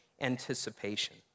anticipation